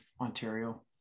ontario